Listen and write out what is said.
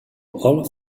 alle